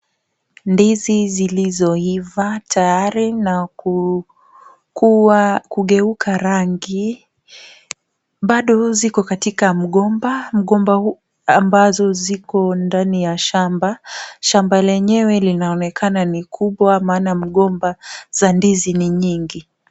Ndizi zilizoiva tayari na kugeuka rangi bado ziko katika mgomba. Mgomba ambazo ziko ndani ya shamba. Shamba lenyewe linaonekana ni kubwa maana mgomba za ndizi ni nyingi.